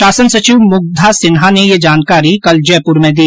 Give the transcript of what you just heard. शासन सचिव खाद्य मुग्धा सिन्हा ने यह जानकारी कल जयपुर में दी